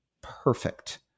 perfect